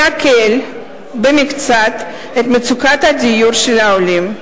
להקל במקצת את מצוקת הדיור של העולים.